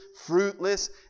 fruitless